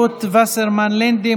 רות וסרמן לנדה,